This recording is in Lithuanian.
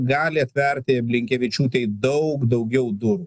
gali atverti blinkevičiūtei daug daugiau durų